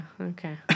Okay